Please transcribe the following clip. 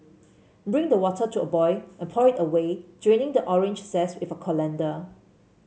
bring the water to a boil and pour it away draining the orange zest with a colander